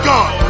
God